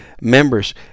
members